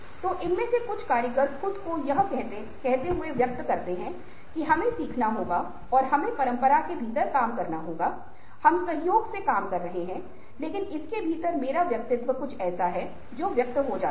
तो इनमें से कुछ कारीगर खुद को यह कहते हुए व्यक्त करते हैं कि हमें सीखना होगा और हमें परंपरा के भीतर काम करना होगा हम सहयोग से कम करहे हैं लेकिन इसके भीतर मेरा व्यक्तित्व कुछ ऐसा है जो व्यक्त हो जाता है